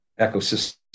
ecosystem